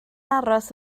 aros